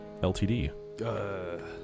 LTD